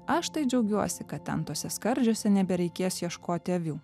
aš taip džiaugiuosi kad ten tuose skardžiuose nebereikės ieškoti avių